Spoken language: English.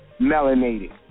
melanated